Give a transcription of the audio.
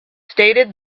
stated